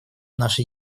нашей